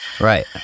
Right